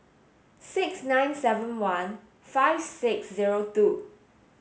six nine seven one five six zero two